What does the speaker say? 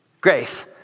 Grace